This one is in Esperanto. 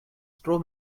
tro